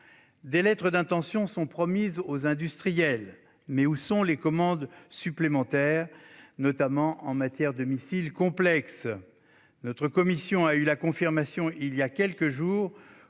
Des lettres d'intention sont promises aux industriels. Mais où sont les commandes supplémentaires, notamment en matière de missiles complexes ? Notre commission a eu la confirmation voilà quelques jours